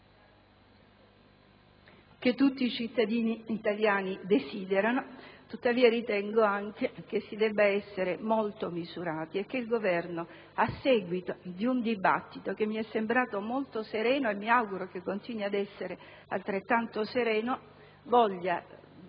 che tutti i cittadini italiani esprimono; tuttavia, ritengo anche che si debba essere molto misurati e che il Governo, a seguito di un dibattito che mi è sembrato molto sereno - e mi auguro continui ad esserlo - voglia